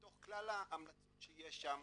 מתוך כלל ההמלצות שיש שם,